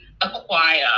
acquire